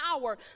power